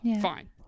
fine